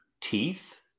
teeth